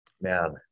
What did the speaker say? Man